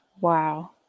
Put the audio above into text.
Wow